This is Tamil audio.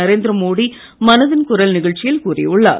நரேந்திர மோடி மனதின் குரல் நிகழ்ச்சியில் கூறியுள்ளார்